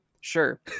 Sure